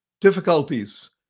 difficulties